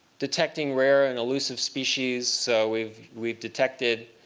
detecting rare and elusive species. so we've we've detected